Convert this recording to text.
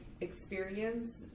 experience